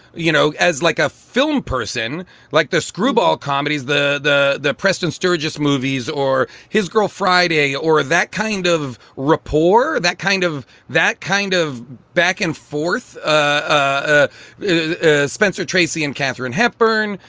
you know, as like a film person like this screwball comedies, the the preston sturges movies or his girl friday or that kind of rapport, that kind of that kind of back and forth. ah spencer tracy and katharine hepburn,